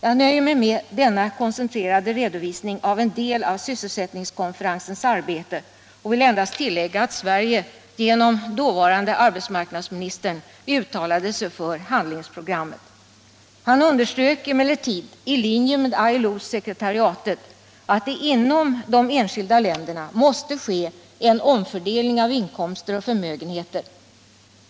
Jag nöjer mig med denna koncentrerade redovisning av en del av sysselsättningskonferensens arbete och vill endast tillägga, att Sverige genom dåvarande arbetsmarknadsministern uttalade sig för handlingsprogrammet. Han underströk emellertid i linje med ILO-sekretariatets uppfattning att det inom de enskilda länderna måste ske en omfördelning av inkomster och förmögenheter.